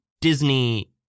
Disney